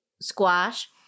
squash